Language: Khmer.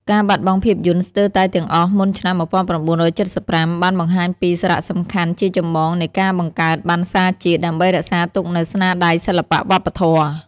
ការបាត់បង់ភាពយន្តស្ទើរតែទាំងអស់មុនឆ្នាំ ១៩៧៥ បានបង្ហាញពី សារៈសំខាន់ជាចម្បងនៃការបង្កើតបណ្ណសារជាតិ ដើម្បីរក្សាទុកនូវស្នាដៃសិល្បៈវប្បធម៌។